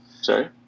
Sorry